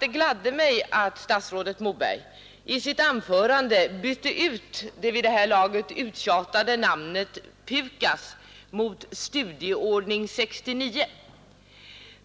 Det gladde mig att statsrådet Moberg i sitt anförande bytte ut det vid det här laget uttjatade namnet PUKAS mot Studieordning 69.